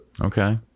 Okay